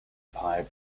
pipe